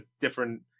different